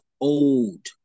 old